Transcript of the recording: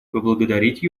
поблагодарить